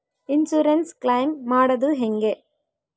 Insurance claim ಮಾಡದು ಹೆಂಗೆ?